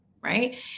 right